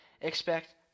Expect